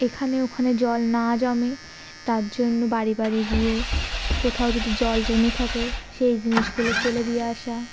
এখানে ওখানে জল না জমে তার জন্য বাড়ি বাড়ি গিয়ে কোথাও যদি জল জমে থাকে সেই জিনিসগুলো ফেলে দিয়ে আসা